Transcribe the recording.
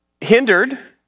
hindered